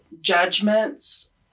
judgments